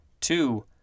two